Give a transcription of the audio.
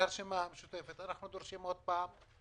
ראש הממשלה יצא במכתב רשמי שבו הוא מבטיח לתקן